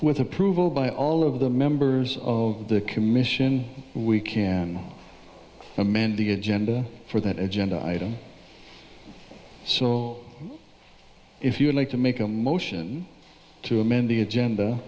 with approval by all of the members of the commission we can amend the agenda for that agenda item so if you would like to make a motion to amend the agenda